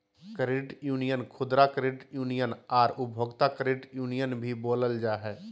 credit union खुदरा credit union आर उपभोक्ता क्रेडिट यूनियन भी बोलल जा हइ